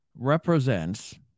Represents